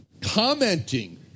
Commenting